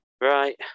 Right